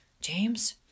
James